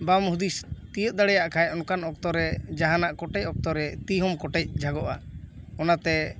ᱵᱟᱢ ᱦᱩᱫᱤᱥ ᱛᱤᱭᱚᱜ ᱫᱟᱲᱮᱭᱟᱜ ᱠᱷᱟᱱ ᱚᱱᱠᱟᱱ ᱚᱠᱛᱚᱨᱮ ᱡᱟᱦᱟᱱᱟᱜ ᱠᱚᱴᱮᱡ ᱚᱠᱛᱚᱨᱮ ᱛᱤᱦᱚᱢ ᱠᱚᱴᱮᱡ ᱡᱷᱟᱜᱚᱜᱼᱟ ᱚᱱᱟᱛᱮ